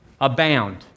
Abound